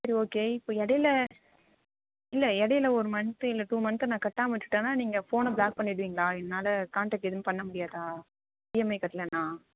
சரி ஓகே இப்போ இடையில் இல்லை இடையில் ஒரு மன்த்து இல்லை டூ மன்த்து நான் கட்டாமல் விட்டுவிட்டேன்னா நீங்கள் ஃபோனை ப்ளாக் பண்ணிவிடுவீங்களா என்னால் கான்டாக்ட் எதுவும் பண்ண முடியாதா இஎம்ஐ கட்டலேன்னா